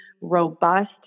robust